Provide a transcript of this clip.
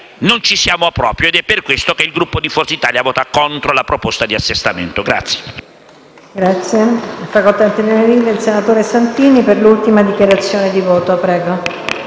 non ci siamo proprio. Ed è per questo che il Gruppo di Forza Italia voterà contro la proposta di assestamento.